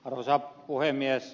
arvoisa puhemies